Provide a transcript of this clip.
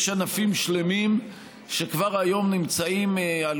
יש ענפים שלמים שכבר היום נמצאים על